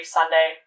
Sunday